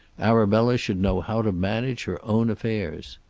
arabella should know how to manage her own affairs.